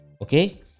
Okay